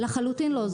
לחלוטין לא.